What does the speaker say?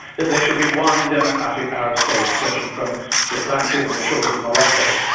that there should be one democratic arab state, stretching from the atlantic on the shores of morocco,